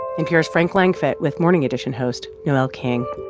npr's frank langfitt with morning edition host noel king